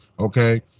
Okay